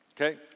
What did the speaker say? okay